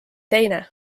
teine